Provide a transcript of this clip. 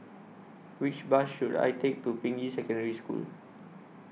Which Bus should I Take to Ping Yi Secondary School